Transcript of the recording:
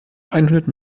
einhundert